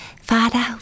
Father